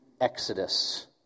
exodus